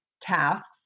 tasks